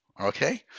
Okay